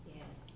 Yes